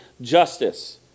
justice